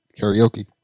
karaoke